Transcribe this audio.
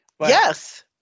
Yes